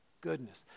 goodness